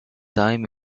time